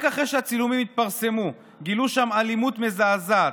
רק אחרי שהצילומים התפרסמו גילו שם אלימות מזעזעת,